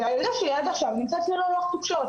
והילדה שלי עד עכשיו נמצאת ללא לוח תקשורת,